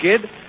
Kid